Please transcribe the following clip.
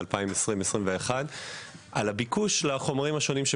בשנים 2021-2020 על הביקוש לחומרים השונים.